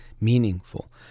meaningful